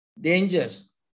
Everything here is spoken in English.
dangers